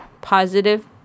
positive